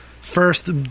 first